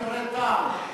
היושב-ראש אומר דברי טעם.